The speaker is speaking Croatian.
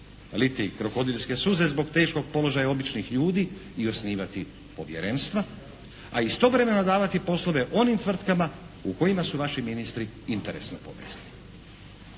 liti krokodilske suze zbog teškog položaja običnih ljudi i osnivati povjerenstva a istovremeno davati poslove onim tvrtkama u kojima su vaši ministri interesno povezani?